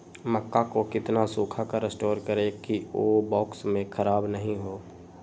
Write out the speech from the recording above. मक्का को कितना सूखा कर स्टोर करें की ओ बॉक्स में ख़राब नहीं हो?